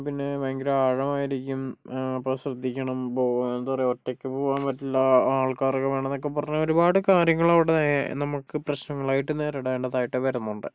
പിന്നെ ഭയങ്കര ആഴമായിരിക്കും അപ്പോൾ ശ്രദ്ധിക്കണം ഇപ്പോൾ എന്താ പറയുക ഒറ്റയ്ക്ക് പോവാൻ പറ്റില്ല ആൾക്കാരൊക്കെ വേണമെന്നൊക്കെ പറഞ്ഞ് ഒരുപാട് കാര്യങ്ങൾ അവിടെ നമ്മൾക്ക് പ്രശ്നങ്ങളായിട്ട് നേരിടേണ്ടതായിട്ട് വരുന്നുണ്ട്